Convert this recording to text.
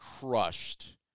crushed